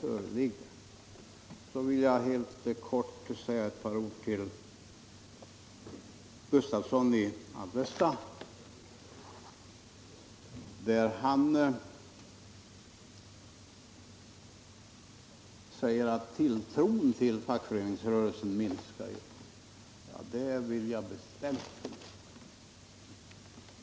Sedan vill jag säga några ord till herr Gustavsson i Alvesta. Han yttrade att tilltron till fackföreningsrörelsen minskar, något som jag bestämt vill bestrida.